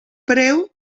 preu